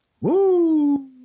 Woo